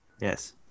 Yes